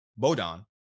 Bodon